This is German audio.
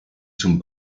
zum